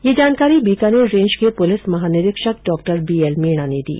यह जानकारी बीकानेर रेंज के पुलिस महानिरीक्षक डॉ बीएलमीना ने दी